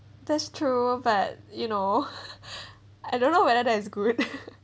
that's true but you know I don't know whether that is good